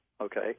okay